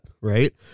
right